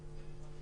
(שיחת הזום נקטעה)